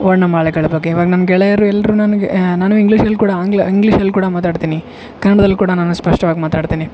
ವರ್ಣಮಾಲೆಗಳ ಬಗ್ಗೆ ವ ನಮ್ಮ ಗೆಳೆಯರು ಎಲ್ಲರೂ ನನಗೆ ನಾನು ಇಂಗ್ಲೀಷಲ್ಲಿ ಕೂಡ ಆಂಗ್ಲ ಇಂಗ್ಲೀಷಲ್ಲಿ ಕೂಡ ಮಾತಾಡ್ತೀನಿ ಕನ್ನಡದಲ್ಲಿ ಕೂಡ ನಾನು ಸ್ಪಷ್ಟವಾಗಿ ಮಾತಾಡ್ತೀನಿ